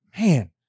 man